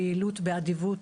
ביעילות ובאדיבות,